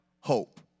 hope